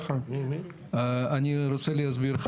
אני רוצה להסביר.